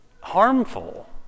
harmful